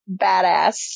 badass